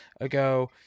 ago